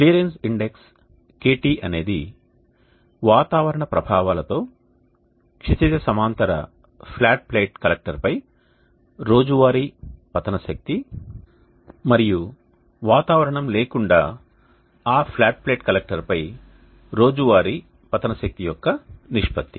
clearance index KT అనేది వాతావరణ ప్రభావాలతో క్షితిజ సమాంతర ఫ్లాట్ ప్లేట్ కలెక్టర్పై రోజువారీ పతన శక్తి మరియు వాతావరణం లేకుండా ఆ ఫ్లాట్ ప్లేట్ కలెక్టర్పై రోజువారీ పతన శక్తి యొక్క నిష్పత్తి